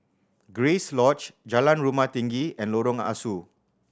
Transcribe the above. Grace Lodge Jalan Rumah Tinggi and Lorong Ah Soo